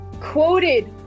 quoted